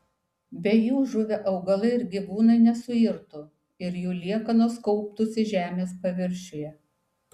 be jų žuvę augalai bei gyvūnai nesuirtų ir jų liekanos kauptųsi žemės paviršiuje